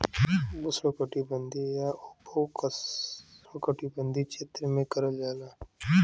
उष्णकटिबंधीय या उपोष्णकटिबंधीय क्षेत्र में करल जाला